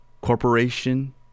corporation